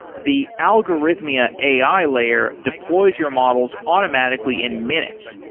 the algorithmia ai layer deploys your models automatically in minutes,